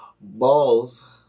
balls